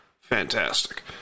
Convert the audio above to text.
Fantastic